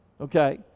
Okay